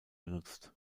benutzt